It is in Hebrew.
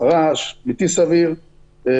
רעש בלתי סביר,